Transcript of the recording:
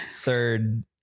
Third